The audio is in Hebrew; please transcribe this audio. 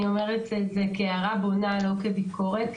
אני אומרת את זה כהערה בונה, לא כביקורת.